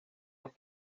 los